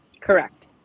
correct